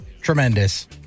tremendous